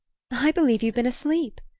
i believe you've been asleep!